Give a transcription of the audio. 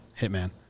Hitman